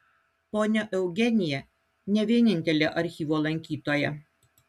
ponia eugenija ne vienintelė archyvo lankytoja